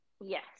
Yes